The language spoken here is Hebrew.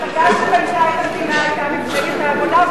המפלגה שבנתה את המדינה היתה מפלגת העבודה,